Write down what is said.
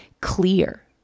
clear